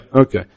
okay